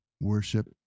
worship